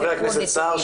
חבר הכנסת סער,